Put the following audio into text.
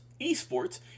ESports